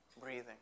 breathing